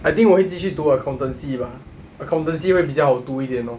I think 我会继续读 accountancy bah accountancy 会比较好读一点 orh